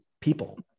people